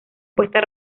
puesta